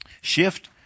Shift